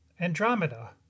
Andromeda